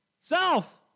self